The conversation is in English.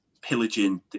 pillaging